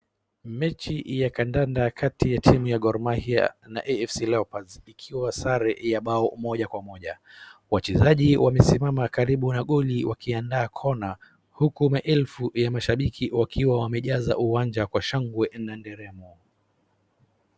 Mechi ya kandanda kati ya timu ya Gor mahia na AFC leopards ikiwa sare ya bao moja kwa moja. wachezaji wamesimama karibu na goli wakiandaa kona huku maelfu ya mashabiki wakiwa wamejaza uwanja kwa shangwe na nderemo.